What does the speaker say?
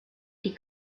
die